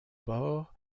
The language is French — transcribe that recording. pores